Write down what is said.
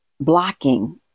blocking